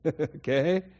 Okay